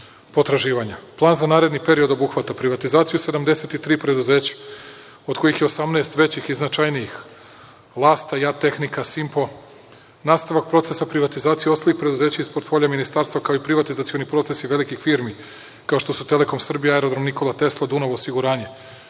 za naredni period obuhvata privatizaciju 73 preduzeća, od kojih je 18 većih i značajnijih „Lasta“, „JAT tehnika“, „Simpo“. Nastavak procesa privatizacije ostalih preduzeća iz portfolija ministarstva, kao i privatizacioni procesi velikih firmi, kao što su „Telekom Srbija“, Aerodrom „Nikola Tesla“, „Dunav osiguranje“.